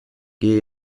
gehe